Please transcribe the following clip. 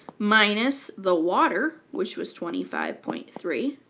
minus the water, which was twenty five point three,